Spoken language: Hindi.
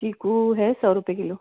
चीकू है सौ रुपये किलो